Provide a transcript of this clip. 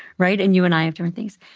right? and you and i have different things.